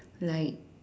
like